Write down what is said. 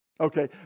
Okay